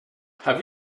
have